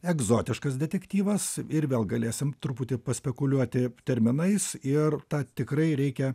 egzotiškas detektyvas ir vėl galėsim truputį paspekuliuoti terminais ir tą tikrai reikia